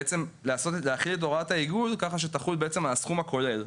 שבעצם צריך להחיל את הוראת העיגול כך שהיא תחול בעצם על הסכום הכולל,